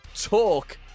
talk